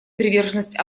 приверженность